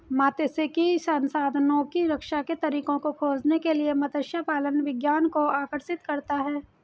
मात्स्यिकी संसाधनों की रक्षा के तरीकों को खोजने के लिए मत्स्य पालन विज्ञान को आकर्षित करता है